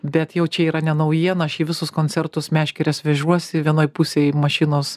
bet jau čia yra ne naujiena aš į visus koncertus meškerės vežuosi vienoj pusėj mašinos